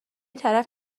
طرف